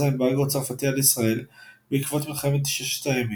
האמברגו הצרפתי על ישראל בעקבות מלחמת ששת הימים.